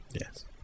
yes